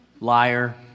liar